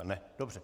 Ne, dobře.